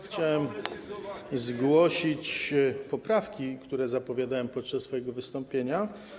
Chciałbym zgłosić poprawki, które zapowiadałem podczas swojego wystąpienia.